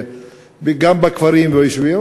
גם בכפרים וביישובים,